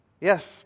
Yes